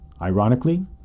Ironically